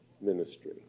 ministry